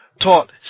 Taught